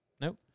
Nope